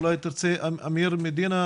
אמיר מדינה,